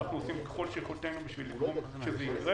אנחנו עושים ככל שביכולתנו כדי לגרום שזה ייקרה